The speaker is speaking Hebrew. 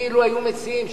אילו היו מציעים,